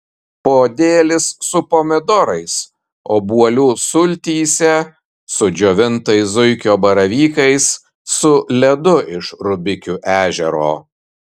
podėlis su pomidorais obuolių sultyse su džiovintais zuikio baravykais su ledu iš rubikių ežero